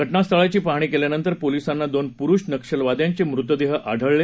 घटनास्थळाची पाहणी केल्यानंतर पोलिसांना दोन पुरुष नक्षलवाद्यांचे मृतदेह आढळून आले